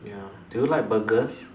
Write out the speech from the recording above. ya do you like burgers